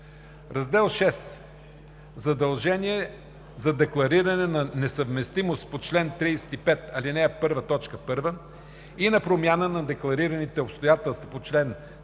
избор. VІ. Задължение за деклариране на несъвместимост по чл. 35, ал. 1, т. 1 и на промяна на декларираните обстоятелства по чл. 35,